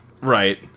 right